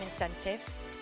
incentives